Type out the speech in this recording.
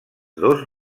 dos